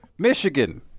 Michigan